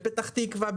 בפתח תקווה,